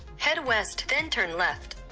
head west, then turn left.